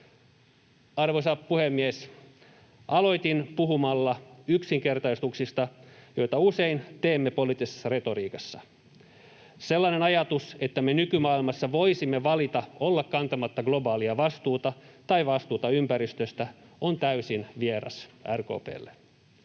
Arvoisa puhemies! Aloitin puhumalla yksinkertaistuksista, joita usein teemme poliittisessa retoriikassa. Sellainen ajatus, että me nykymaailmassa voisimme valita olla kantamatta globaalia vastuuta tai vastuuta ympäristöstä, on täysin vieras RKP:lle.